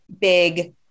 big